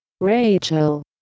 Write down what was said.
Rachel